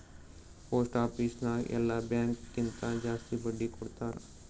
post office ನಾಗ್ ಎಲ್ಲಾ bank ಕಿಂತಾ ಜಾಸ್ತಿ ಬಡ್ಡಿ ಕೊಡ್ತಾರ್